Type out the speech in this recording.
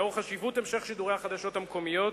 לאור חשיבות המשך שידורי החדשות המקומיות